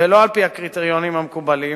ולא על-פי הקריטריונים המקובלים,